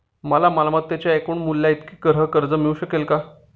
मला मालमत्तेच्या एकूण मूल्याइतके गृहकर्ज मिळू शकेल का?